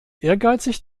ehrgeizig